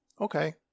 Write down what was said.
okay